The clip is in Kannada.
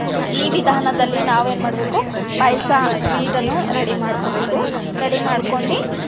ಈ ವಿಧಾನದಲ್ಲಿ ನಾವೇನು ಮಾಡ್ಬೇಕು ಪಾಯಸ ಸ್ವೀಟನ್ನು ರೆಡಿ ಮಾಡ್ಕೋಬೇಕು ರೆಡಿ ಮಾಡ್ಕೊಂಡು